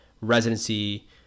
residency